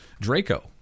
Draco